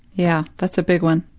yeah, that's a big one.